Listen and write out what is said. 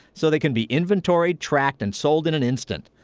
so they can be inventoried, tracked, and sold in an instant.